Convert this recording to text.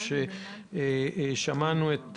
שמענו את